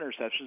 interceptions